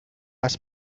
has